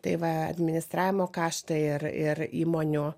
tai va administravimo kaštai ir ir įmonių